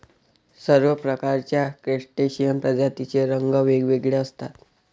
सर्व प्रकारच्या क्रस्टेशियन प्रजातींचे रंग वेगवेगळे असतात